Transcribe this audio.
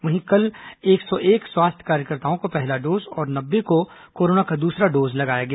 वहीं कल एक सौ एक स्वास्थ्य कार्यकर्ताओं को पहला डोज और नब्बे को कोरोना का दूसरा डोज लगाया गया